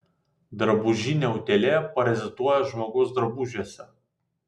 drabužinė utėlė parazituoja žmogaus drabužiuose